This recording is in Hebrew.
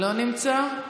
לא נמצא?